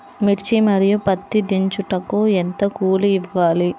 మిర్చి మరియు పత్తి దించుటకు ఎంత కూలి ఇవ్వాలి?